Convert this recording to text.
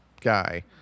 guy